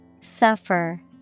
Suffer